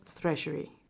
Treasury